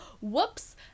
whoops